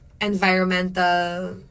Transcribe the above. environmental